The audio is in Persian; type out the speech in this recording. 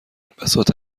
بساط